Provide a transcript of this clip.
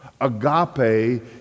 Agape